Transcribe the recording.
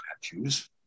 statues